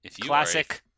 Classic